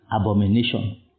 abomination